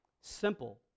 Simple